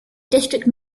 district